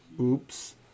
Oops